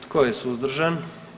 Tko je suzdržan?